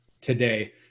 today